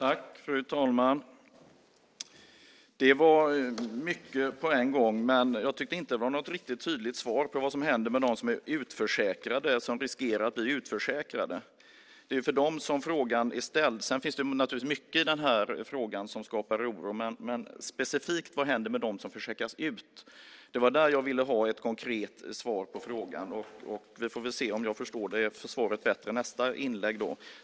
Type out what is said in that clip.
Fru talman! Det var mycket på en gång. Men jag tyckte inte att det var något riktigt tydligt svar på vad som händer med dem som är utförsäkrade och dem som riskerar att bli utförsäkrade. Det är på grund av dem som frågan är ställd. Sedan finns det naturligtvis mycket i den här frågan som skapar oro. Men jag undrar specifikt vad som händer med dem som utförsäkras. Det var där som jag ville ha ett konkret svar på frågan. Vi får väl se om jag förstår detta bättre efter statsrådets nästa inlägg.